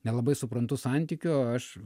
nelabai suprantu santykio aš